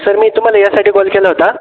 sir मी तुम्हाला यासाठी कॉल केला होता